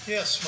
Yes